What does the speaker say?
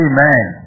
Amen